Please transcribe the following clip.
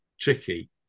tricky